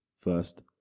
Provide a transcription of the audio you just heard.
first